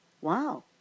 wow